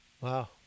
wow